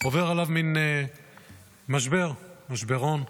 עובר עליו מן משבר, משברון.